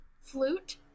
Flute